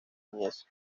niñez